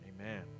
Amen